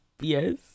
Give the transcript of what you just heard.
Yes